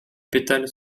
pétales